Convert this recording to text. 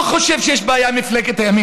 לא יישאר אף אחד במפלגה,